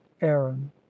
aaron